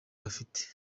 bafite